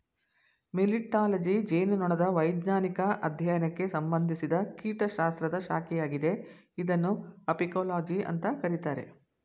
melittology ಜೇನುನೊಣದ ವೈಜ್ಞಾನಿಕ ಅಧ್ಯಯನಕ್ಕೆ ಸಂಬಂಧಿಸಿದ ಕೀಟಶಾಸ್ತ್ರದ ಶಾಖೆಯಾಗಿದೆ ಇದನ್ನು ಅಪಿಕೋಲಜಿ ಅಂತ ಕರೀತಾರೆ